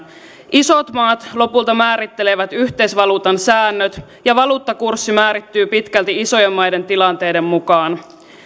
isot maat lopulta määrittelevät yhteisvaluutan säännöt ja valuuttakurssi määrittyy pitkälti isojen maiden tilanteiden mukaan